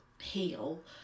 heal